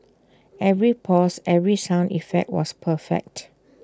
every pause every sound effect was perfect